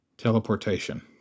Teleportation